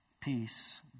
Peace